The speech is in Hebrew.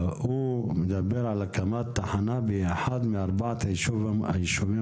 עטוה אלמחדי מדבר על הקמת תחנה באחד מארבעת היישובים